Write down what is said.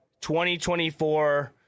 2024